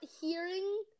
hearing